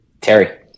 Terry